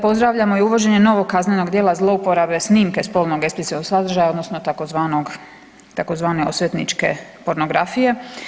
Pozdravljamo i uvođenje novog kaznenog djela zlouporabe snimke spolnog eksplicitnog sadržaja odnosno tzv. osvetničke pornografije.